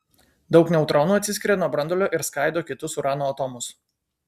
daug neutronų atsiskiria nuo branduolio ir skaido kitus urano atomus